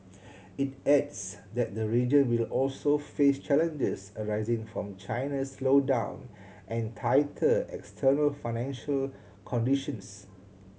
it adds that the region will also face challenges arising from China's slowdown and tighter external financing conditions